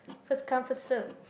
first come first serve